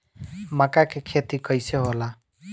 मका के खेती कइसे होला?